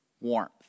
warmth